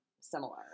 similar